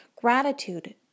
gratitude